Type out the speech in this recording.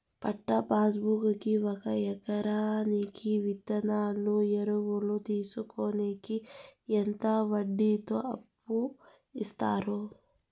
పట్టా passbook కి ఒక ఎకరాకి విత్తనాలు, ఎరువులు తీసుకొనేకి ఎంత వడ్డీతో అప్పు ఇస్తారు?